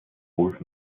wulf